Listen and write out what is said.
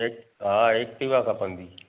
एक हा एक्टीवा खपंदी